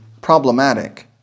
problematic